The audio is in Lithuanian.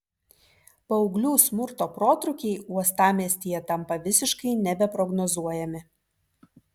paauglių smurto protrūkiai uostamiestyje tampa visiškai nebeprognozuojami